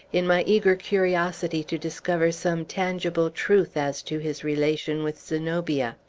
in my eager curiosity to discover some tangible truth as to his relation with zenobia.